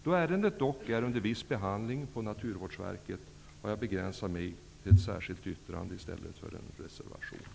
Då ärendet dock är under viss behandling i Naturvårdsverket, har jag begränsat mig till ett särskilt yttrande i stället för en reservation.